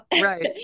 Right